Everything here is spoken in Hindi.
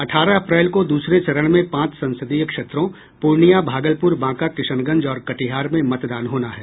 अठारह अप्रैल को दूसरे चरण में पांच संसदीय क्षेत्रों पूर्णिया भागलपुर बांका किशनगंज और कटिहार में मतदान होना है